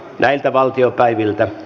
näitä valtiopäiviltä